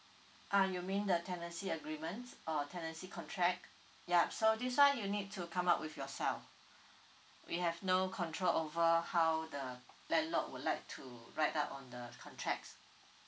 ah you mean the tenancy agreements uh tenancy contract yup so this one you need to come up with yourself we have no control over how the landlord would like to write up on the contracts